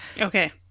Okay